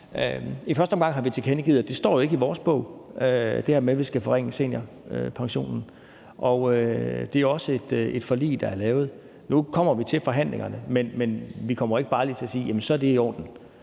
offentlige debat tilkendegivet, at det ikke står i vores bog, altså det her med, at vi skal forringe seniorpensionen. Og det er også et forlig, der er lavet. Nu kommer vil til forhandlingerne, men vi kommer ikke bare lige til at sige, at så er det i orden.